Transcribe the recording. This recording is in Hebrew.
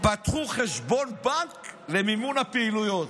"פתחו חשבון בנק למימון הפעילויות"